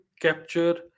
capture